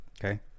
Okay